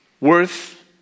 worth